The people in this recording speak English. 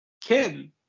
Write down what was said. Ken